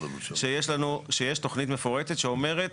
כשיש תוכנית מפורטת שאומרת